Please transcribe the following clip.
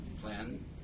plan